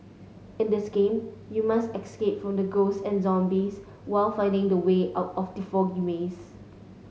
in this game you must escape from the ghosts and zombies while finding the way out of the foggy maze